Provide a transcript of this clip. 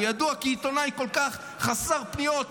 הוא ידוע כעיתונאי כל כך חסר פניות,